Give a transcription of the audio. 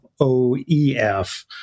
OEF